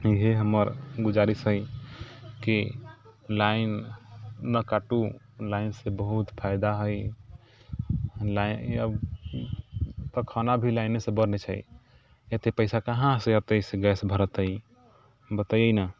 ईहे हमर गुजारिश हइ कि लाइन नहि काटू लाइनसँ बहुत फाइदा हइ अब तऽ खाना भी लाइनेसँ बनै छै एतेक पइसा कहाँसँ अएतै से गैस भरेतै बतैए ने